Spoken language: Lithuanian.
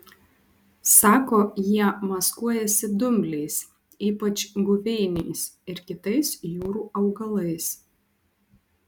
sako jie maskuojasi dumbliais ypač guveiniais ir kitais jūrų augalais